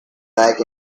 back